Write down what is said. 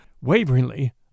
waveringly